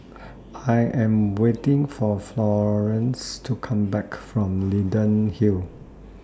I Am waiting For Florance to Come Back from Leyden Hill